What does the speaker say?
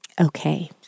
Okay